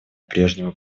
прежнему